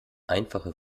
einfache